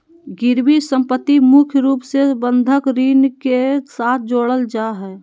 गिरबी सम्पत्ति मुख्य रूप से बंधक ऋण के साथ जोडल जा हय